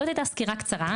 זאת הייתה סקירה קצרה.